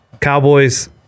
Cowboys